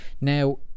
now